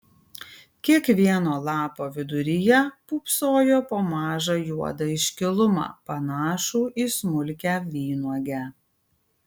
kiekvieno lapo viduryje pūpsojo po mažą juodą iškilumą panašų į smulkią vynuogę